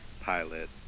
pilot